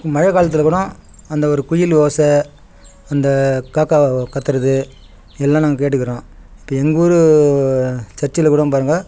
மழைக் காலத்தில் கூட அந்த ஒரு குயில் ஓசை அந்த காக்கா கத்துகிறது எல்லாம் நாங்கள் கேட்டிருக்குறோம் இப்போ எங்கள் ஊர் சர்ச்சில் கூட பாருங்கள்